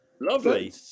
Lovely